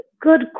good